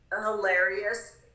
hilarious